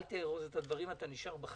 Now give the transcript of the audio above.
אל תארוז את הדברים - אתה נשאר בחדר.